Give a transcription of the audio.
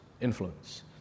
influence